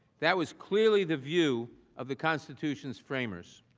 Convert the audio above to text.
that was clearly the view of the constitution's framers.